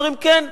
ואומרים: כן,